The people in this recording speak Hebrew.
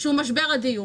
משבר הדיור.